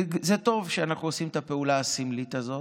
וזה טוב שאנחנו עושים את הפעולה הסמלית הזאת.